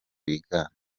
bigana